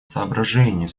соображений